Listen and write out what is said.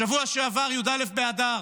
בשבוע שעבר היה י"א באדר,